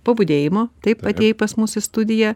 po budėjimo taip atėjai pas mus į studiją